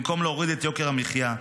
במקום להוריד את יוקר המחיה,